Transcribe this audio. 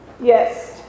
Yes